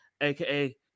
AKA